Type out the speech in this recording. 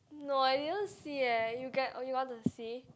no I didn't see eh you get or you want to see